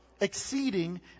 exceeding